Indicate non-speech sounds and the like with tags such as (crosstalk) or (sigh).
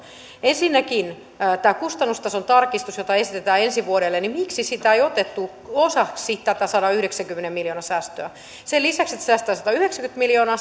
ensinnäkin tämä kustannustason tarkistus jota esitetään ensi vuodelle miksi sitä ei otettu osaksi tätä sadanyhdeksänkymmenen miljoonan säästöä sen lisäksi että säästetään satayhdeksänkymmentä miljoonaa (unintelligible)